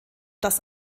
das